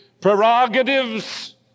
prerogatives